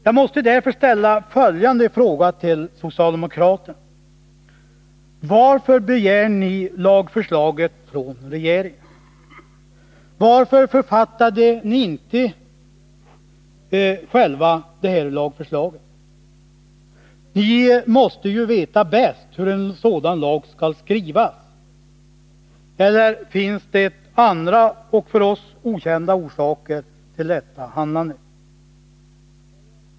Jag måste därför ställa följande fråga till socialdemokraterna: Varför begär ni lagförslaget från regeringen, varför författade ni det inte själva? Ni måste ju veta bäst hur en sådan lag skall skrivas, eller finns det andra och för oss okända orsaker till detta handlande?